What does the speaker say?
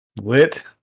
Lit